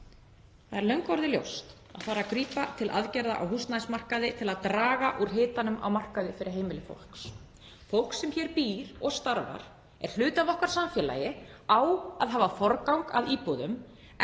Það er löngu orðið ljóst að grípa þarf til aðgerða á húsnæðismarkaði til að draga úr hitanum á markaði fyrir heimili fólks. Fólk sem hér býr og starfar, er hluti af okkar samfélagi, á að hafa forgang að íbúðum,